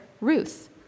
Ruth